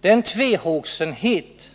Den tvehågsenhet